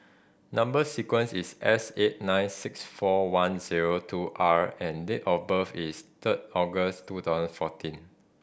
number sequence is S eight nine six four one zero two R and date of birth is third August two thousand fourteen